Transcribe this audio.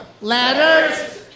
letters